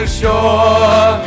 shore